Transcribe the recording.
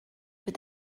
with